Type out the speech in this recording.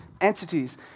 entities